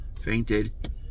fainted